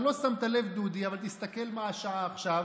אתה לא שמת לב, דודי, אבל תסתכל מה השעה עכשיו: